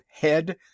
head